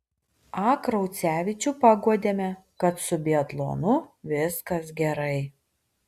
a kraucevičių paguodėme kad su biatlonu viskas gerai